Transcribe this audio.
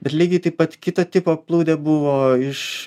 bet lygiai taip pat kito tipo plūdė buvo iš